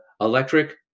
Electric